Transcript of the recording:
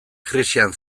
krisian